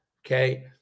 Okay